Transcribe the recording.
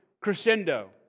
crescendo